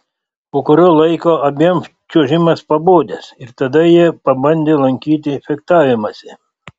po kurio laiko abiem čiuožimas pabodęs ir tada jie pabandę lankyti fechtavimąsi